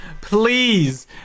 Please